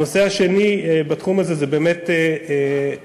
הנושא השני בתחום הזה הוא באמת להעביר